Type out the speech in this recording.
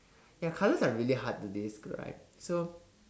ya colours are really hard to describe so